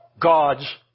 God's